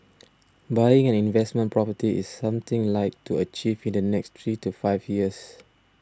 buying an investment property is something I'd like to achieve in the next three to five years